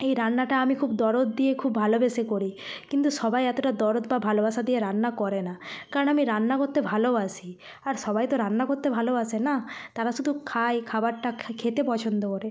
এই রান্নাটা আমি খুব দরদ দিয়ে খুব ভালোবেসে করি কিন্তু সবাই এতটা দরদ বা ভালোবাসা দিয়ে রান্না করে না কারণ আমি রান্না করতে ভালোবাসি আর সবাই তো রান্না করতে ভালোবাসে না তারা শুধু খায় খাবারটা খেতে পছন্দ করে